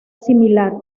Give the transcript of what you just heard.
similar